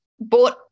bought